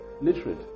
literate